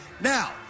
Now